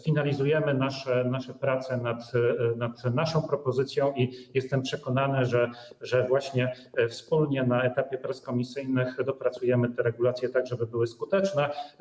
Finalizujemy prace nad naszą propozycją i jestem przekonany, że właśnie wspólnie na etapie prac komisyjnych dopracujemy te regulacje tak, żeby były skuteczne.